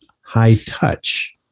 high-touch